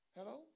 Hello